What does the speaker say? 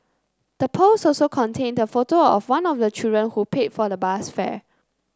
the post also contained a photo of one of the children who paid for the bus fare